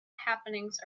happenings